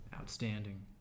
Outstanding